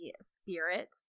spirit